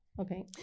Okay